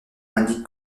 indique